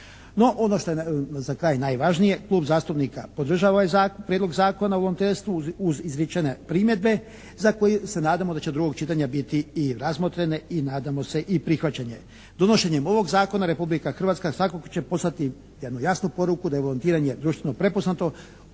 za kraj najvažnije klub zastupnika podržava ovaj Prijedlog zakona o volonterstvu uz izrečene primjedbe za koje se nadamo da će do drugog čitanja biti i razmotrene i nadamo se i prihvaćene. Donošenjem ovog zakona Republika Hrvatska tako će poslati jednu jasnu poruku da je volontiranje društveno prepoznato